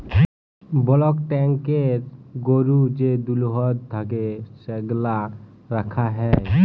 block ট্যাংকয়ে গরুর যে দুহুদ থ্যাকে সেগলা রাখা হ্যয়